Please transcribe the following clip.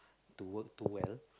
to work too well